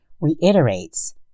reiterates